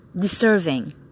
deserving